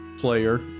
player